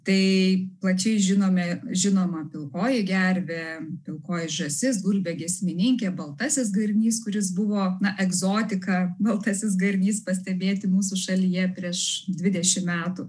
tai plačiai žinome žinoma pilkoji gervė pilkoji žąsis gulbė giesmininkė baltasis garnys kuris buvo egzotika baltasis garnys pastebėti mūsų šalyje prieš dvidešimt metų